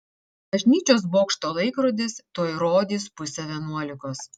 bažnyčios bokšto laikrodis tuoj rodys pusę vienuolikos